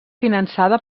finançada